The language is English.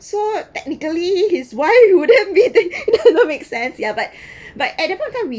so technically his wife wouldn't be that that do not make sense ya but but at that time we